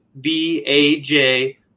B-A-J